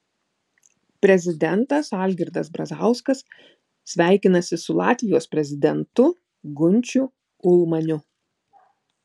prezidentas algirdas brazauskas sveikinasi su latvijos prezidentu gunčiu ulmaniu